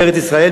בארץ-ישראל,